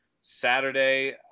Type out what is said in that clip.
Saturday